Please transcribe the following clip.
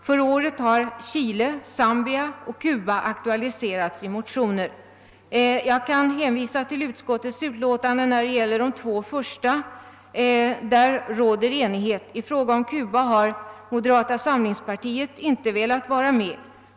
För året har Chile, Zambia och Cuba aktualiserats i motioner. Jag kan hänvisa till utskottsutlåtandet när det gäller de två första länderna — i fråga om dem råder enighet. I fråga om Cuba har moderata samlingspartiet inte velat vara med.